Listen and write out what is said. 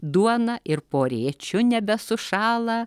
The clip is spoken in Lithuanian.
duona ir po rėčiu nebesušąla